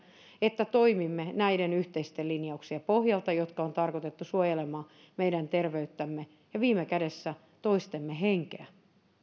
että toimimme näiden yhteisten linjauksien pohjalta jotka on tarkoitettu suojelemaan meidän terveyttämme ja viime kädessä toistemme henkeä